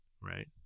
right